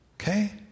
Okay